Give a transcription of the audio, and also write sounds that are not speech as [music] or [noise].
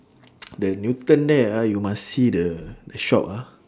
[noise] the newton there ah you must see the the shop ah